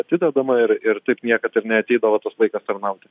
atidedama ir ir taip niekad ir neateidavo tas laikas tarnauti